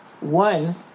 One